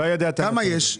כמה יש?